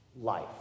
life